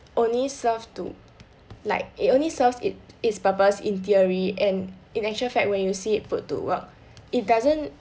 only serve to like it only serves it it's purpose in theory and in actual fact when you see it put to work it doesn't